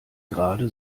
gerade